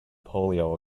polio